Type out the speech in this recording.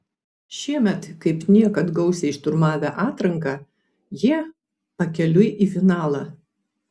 šiemet kaip niekad gausiai šturmavę atranką jie pakeliui į finalą